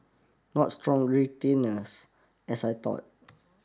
not strong retainers as I thought